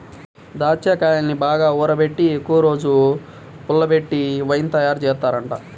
దాచ్చాకాయల్ని బాగా ఊరబెట్టి ఎక్కువరోజులు పుల్లబెట్టి వైన్ తయారుజేత్తారంట